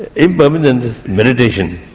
impermanence meditation,